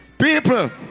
People